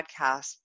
podcast